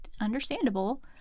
understandable